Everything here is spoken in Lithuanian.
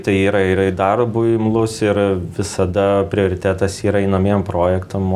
tai yra yra darbui imlus ir visada prioritetas yra einamiem projektam